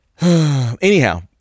Anyhow